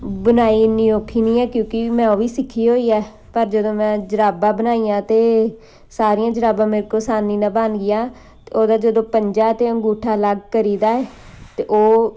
ਬੁਣਾਈ ਇੰਨੀ ਔਖੀ ਨਹੀਂ ਹੈ ਕਿਉਂਕਿ ਮੈਂ ਉਹ ਵੀ ਸਿੱਖੀ ਹੋਈ ਹੈ ਪਰ ਜਦੋਂ ਮੈਂ ਜੁਰਾਬਾਂ ਬਣਾਈਆਂ ਤਾਂ ਸਾਰੀਆਂ ਜੁਰਾਬਾਂ ਮੇਰੇ ਕੋਲ ਅਸਾਨੀ ਨਾਲ ਬਣ ਗਈਆਂ ਉਹਦਾ ਜਦੋਂ ਪੰਜਾ ਅਤੇ ਅੰਗੂਠਾ ਅਲੱਗ ਕਰੀਦਾ ਤਾਂ ਉਹ